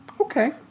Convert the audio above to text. Okay